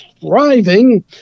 thriving